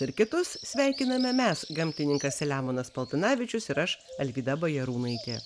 ir kitus sveikiname mes gamtininkas selemonas paltanavičius ir aš alvyda bajarūnaitė